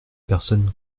personnes